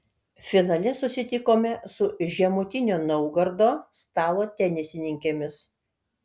finale susitikome su žemutinio naugardo stalo tenisininkėmis